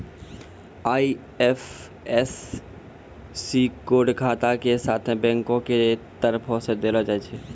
IFSC code खाता के साथे बैंको के तरफो से देलो जाय छै